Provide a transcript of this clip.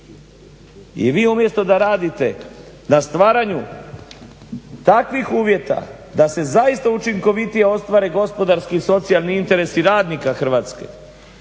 I vi umjesto da radite na stvaranju takvih uvjeta da se zaista učinkovitije ostvare gospodarski i socijalni interesi radnika Hrvatske.